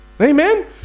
Amen